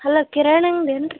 hello ಕಿರಾಣಿ ಅಂಗಡಿ ಏನ್ರಿ